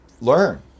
learn